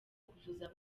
kuvuza